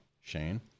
Shane